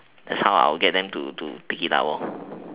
that's how I'll get them to to pick it up